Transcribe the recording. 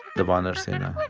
the vanar sena,